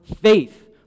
faith